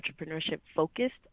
entrepreneurship-focused